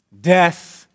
death